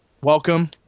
welcome